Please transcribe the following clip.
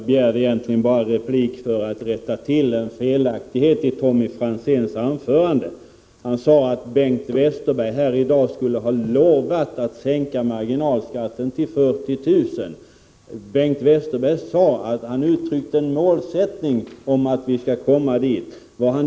Herr talman! Jag begärde replik bara för att rätta till en felaktighet i Tommy Franzéns anförande. Han sade att Bengt Westerberg här i dag skulle ha lovat att sänka marginalskatten till 40 000. Bengt Westerberg uttryckte målsättningen att vi skall komma dit.